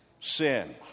sin